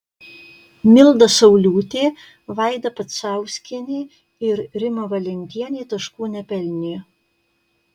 milda sauliūtė vaida pacauskienė ir rima valentienė taškų nepelnė